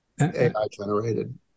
AI-generated